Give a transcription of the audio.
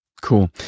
Cool